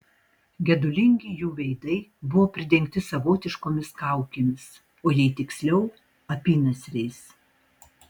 gedulingi jų veidai buvo pridengti savotiškomis kaukėmis o jei tiksliau apynasriais